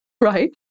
right